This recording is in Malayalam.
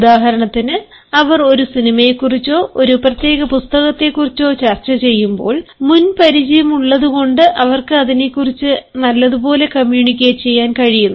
ഉദാഹരണത്തിന് അവർ ഒരു സിനിമയെക്കുറിച്ചോ ഒരു പ്രത്യേക പുസ്തകത്തെക്കുറിച്ചോ ചർച്ചചെയ്യുമ്പോൾ മുൻ പരിചയം ഉള്ളത്കൊണ്ട് അവർക്ക് അതിനെക്കുറിച്ചു നല്ലതുപോലെ കമ്മ്യൂണിക്കേറ്റ് ചെയ്യാൻ കഴിയുന്നു